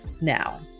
Now